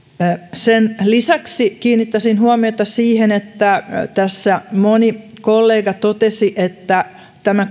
sen lisäksi kiinnittäisin huomiota siihen että tässä moni kollega totesi että tämä